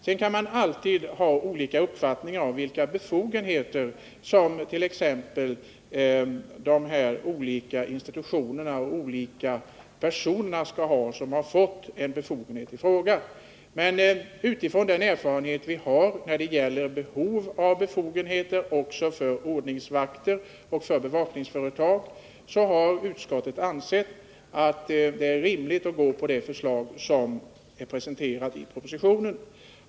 Man kan naturligtvis alltid ha olika uppfattningar om vilka befogenheter de olika institutionerna och personerna skall ha. Men utifrån den erfarenhet vi har när det gäller behov av befogenheter också för ordningsvakter och bevakningsföretag har utskottet ansett det rimligt att ansluta sig till det förslag som är presenterat i propositionen.